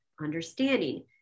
understanding